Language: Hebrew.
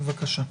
בבקשה.